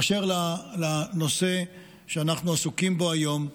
באשר לנושא שאנחנו עסוקים בו היום,